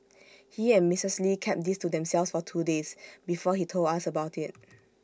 he and Mrs lee kept this to themselves for two days before he told us about IT